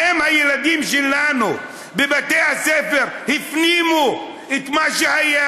האם הילדים שלנו בבתי הספר הפנימו את מה שהיה?